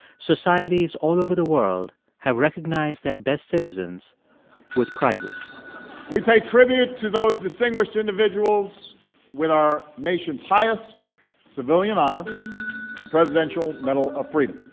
societies all over the world have recognized their best citizens with prizes we pay tribute to those distinguished individuals with our nation's highest civilian honor the presidential medal of freedom